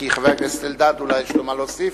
כי אולי לחבר הכנסת אלדד יש מה להוסיף.